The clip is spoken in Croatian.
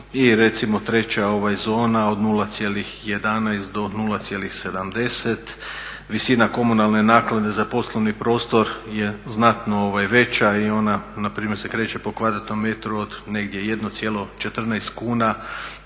I recimo treća zona od 0,11 do 0,70. Visina komunalne naknade za poslovni prostor je znatno veća i onda npr. se kreće po kvadratnom metru od negdje 1,14 kuna